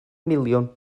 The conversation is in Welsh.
miliwn